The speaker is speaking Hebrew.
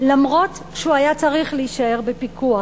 אף שהוא היה צריך להישאר בפיקוח.